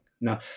Now